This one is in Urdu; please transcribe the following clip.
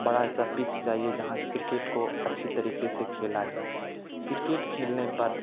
بڑا ایسا پچ چائیے جہاں کرکٹ کو اچھی طریقے سے کھیلا جائے کرکٹ کھیلنے پر